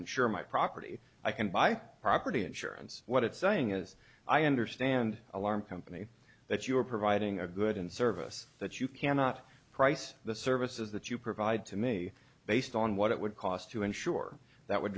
ensure my property i can buy property insurance what it's saying as i understand alarm company that you're providing a good and service that you cannot price the services that you provide to me based on what it would cost to insure that would